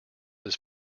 his